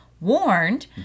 warned